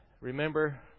Remember